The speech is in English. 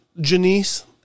Janice